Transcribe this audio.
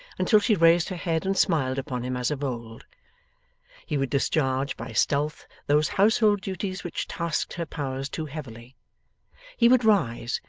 until she raised her head and smiled upon him as of old he would discharge by stealth, those household duties which tasked her powers too heavily he would rise,